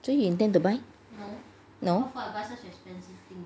so you intend to buy no